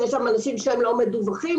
יש שם אנשים שהם לא מדווחים,